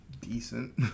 decent